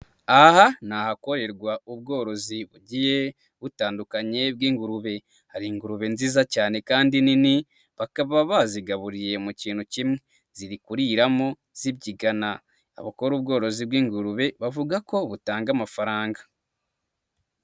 Aha ni ahakorerwa ubworozi bugiye butandukanye bw'ingurube, hari ingurube nziza cyane kandi nini, bakaba bazigaburiye mu kintu kimwe, zirikuriramo zibyigana, abakora ubworozi bw'ingurube bavuga ko butanga amafaranga.